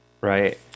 Right